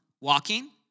walking